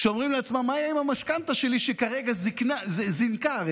אומרים לעצמם: מה יהיה עם המשכנתה שלי שזינקה כרגע?